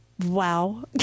Wow